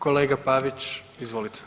Kolega Pavić, izvolite.